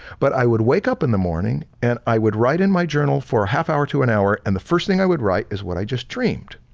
but i would wake up in the morning and i would write in my journal for a half hour to an hour and the first thing i would write is what i just dreamed.